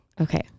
Okay